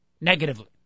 negatively